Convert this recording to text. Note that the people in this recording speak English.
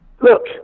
look